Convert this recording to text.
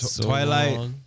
Twilight